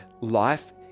Life